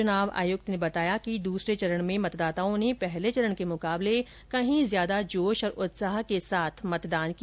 चुनाव आयुक्त ने बताया कि दूसरे चरण में मतदाताओं ने पहले चरण के मुकाबले कहीं ज्यादा जोश और उत्साह के साथ मतदान किया